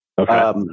Okay